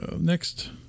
Next